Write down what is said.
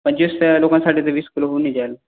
पंचवीस लोकांसाठी वीस किलो होऊन जाईल